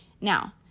Now